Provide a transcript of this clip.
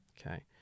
Okay